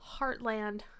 Heartland